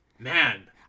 Man